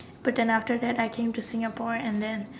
but then after that I came to Singapore and then